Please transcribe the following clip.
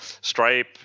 stripe